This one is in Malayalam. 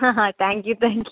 Aaha thank you thank U